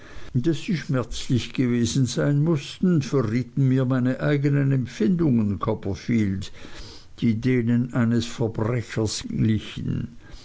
daß sie schmerzlich gewesen sein mußten verrieten mir meine eignen empfindungen copperfield die denen eines verbrechers glichen